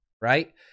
right